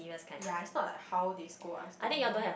ya it's not like how they scold us during year one